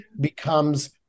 becomes